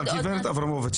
עזיבתי,